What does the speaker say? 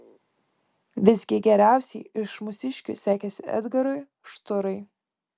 visgi geriausiai iš mūsiškių sekėsi edgarui šturai